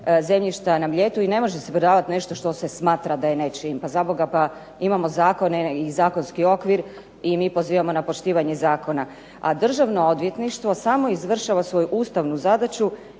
na Mljetu i ne može se prodavat nešto što se smatra da je nečije. Pa zaboga, pa imamo zakone i zakonski okvir i mi pozivamo na poštivanje zakona. A Državno odvjetništvo samo izvršava svoju ustavnu zadaću